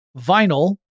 vinyl